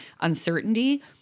uncertainty